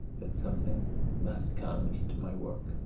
but something must come into my work,